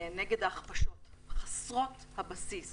נגד ההכפשות חסרות הבסיס